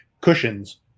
cushions